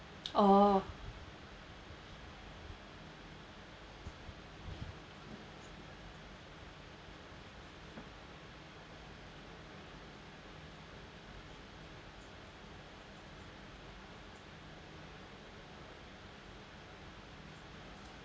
oh